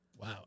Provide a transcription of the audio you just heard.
Wow